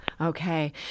Okay